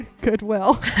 Goodwill